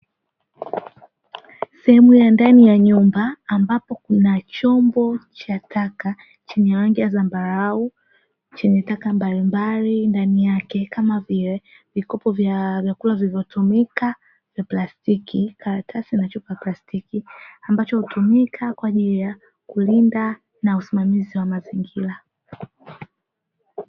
Sehemu ya ndani ya nyumba ambapo kuna chombo cha taka chenye rangi ya zambarau, chenye taka mbalimbali ndani yake kama vile: vikopo vya vyakula vilivyotumika vya plastiki, karatasi na chupa ya plastiki; ambacho hutumika kwa ajili ya kulinda na usimamizi wa mazingira.